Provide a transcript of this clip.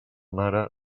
mare